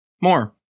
more